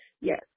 yes